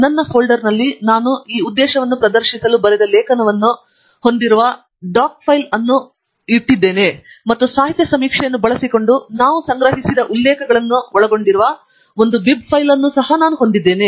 ನನ್ನ ಫೋಲ್ಡರ್ನಲ್ಲಿ ನಾನು ಈ ಉದ್ದೇಶವನ್ನು ಪ್ರದರ್ಶಿಸಲು ಬರೆದ ಲೇಖನವನ್ನು ಹೊಂದಿರುವ ಡಾಕ್ ಫೈಲ್ ಅನ್ನು ಹೊಂದಿದ್ದೇನೆ ಮತ್ತು ಸಾಹಿತ್ಯ ಸಮೀಕ್ಷೆಯನ್ನು ಬಳಸಿಕೊಂಡು ನಾವು ಸಂಗ್ರಹಿಸಿದ ಉಲ್ಲೇಖಗಳನ್ನು ಒಳಗೊಂಡಿರುವ ಒಂದು ಬಿಬ್ ಫೈಲ್ ಅನ್ನು ನಾನು ಹೊಂದಿದ್ದೇನೆ